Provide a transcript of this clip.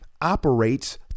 operates